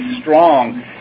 strong